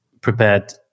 prepared